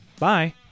Bye